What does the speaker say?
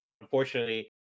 unfortunately